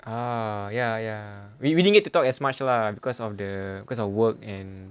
ah ya ya we didn't get to talk as much lah because of the because of work and